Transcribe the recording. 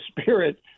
Spirit